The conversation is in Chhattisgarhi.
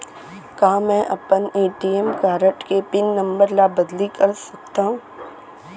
का मैं अपन ए.टी.एम कारड के पिन नम्बर ल बदली कर सकथव?